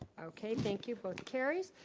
okay, thank you. both carries.